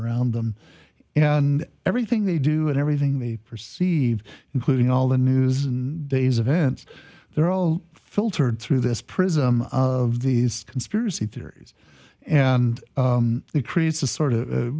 around them and everything they do and everything they perceive including all the news and day's events they're all filtered through this prism of these conspiracy theories and it creates a sort of